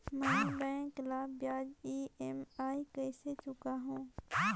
मैं बैंक ला ब्याज ई.एम.आई कइसे चुकाहू?